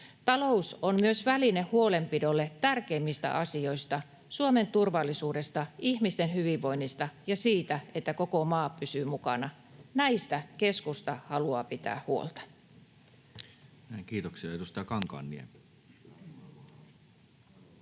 Talous on myös väline huolenpidolle tärkeimmistä asioista: Suomen turvallisuudesta, ihmisten hyvinvoinnista ja siitä, että koko maa pysyy mukana. Näistä keskusta haluaa pitää huolta. Näin, kiitoksia. — Edustaja Kankaanniemi.